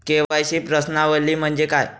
KYC प्रश्नावली म्हणजे काय?